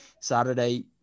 Saturday